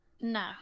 No